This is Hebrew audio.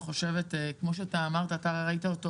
כמו שאמרת, אתה ראית אותו